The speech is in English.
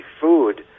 food